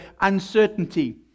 uncertainty